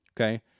okay